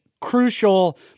crucial